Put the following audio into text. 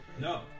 No